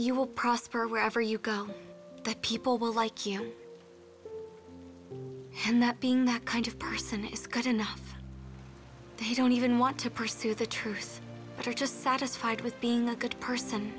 you will prosper wherever you go that people will like you and that being that kind of person is good enough they don't even want to pursue the truth but are just satisfied with being a good person